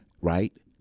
right